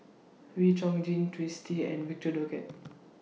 Wee Chong Jin Twisstii and Victor Doggett